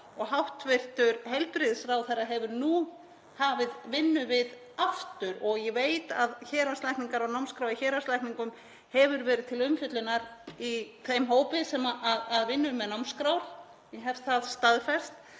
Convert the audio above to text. Hæstv. heilbrigðisráðherra hefur nú hafið vinnu við það aftur og ég veit að héraðslækningar og námskrá í héraðslækningum hefur verið til umfjöllunar í þeim hópi sem vinnur með námskrár, ég hef það staðfest.